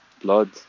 Blood